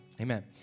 Amen